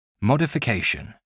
modification